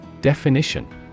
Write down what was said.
Definition